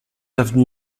avenue